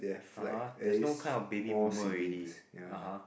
(uh huh) there's no kind of baby boomer already (uh huh)